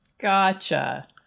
Gotcha